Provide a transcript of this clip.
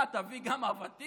מה, תביא גם אבטיח?